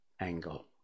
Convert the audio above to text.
angle